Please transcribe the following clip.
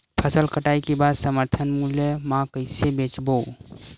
फसल कटाई के बाद समर्थन मूल्य मा कइसे बेचबो?